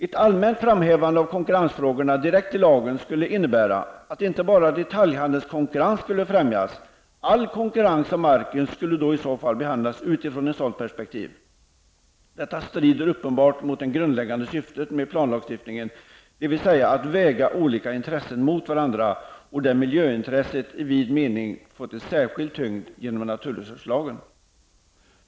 Ett allmänt framhävande av konkurrensfrågorna direkt i lagen skulle innebära att inte bara detaljhandelskonkurrens skulle främjas. All konkurrens om marken skulle i så fall behandlas utifrån ett sådant perspektiv. Detta strider uppenbart mot det grundläggande syftet med planlagstiftningen, dvs. att väga olika intressen mot varandra, där miljöintresset i vid mening fått en särskild tyngd genom naturresurslagen.